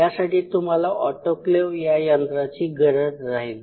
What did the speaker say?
यासाठी तुम्हाला ऑटोक्लेव या यंत्राची ची गरज राहील